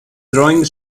throwing